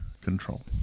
control